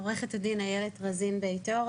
אני עו"ד איילת רזין בית אור,